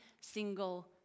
single